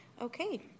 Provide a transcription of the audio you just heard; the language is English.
okay